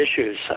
issues